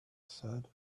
said